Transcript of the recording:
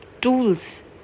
tools